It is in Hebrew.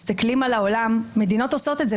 מסתכלים על העולם, מדינות עושות את זה.